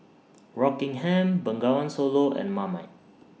Rockingham Bengawan Solo and Marmite